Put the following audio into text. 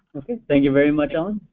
thank you very much, ellen.